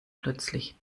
plötzlich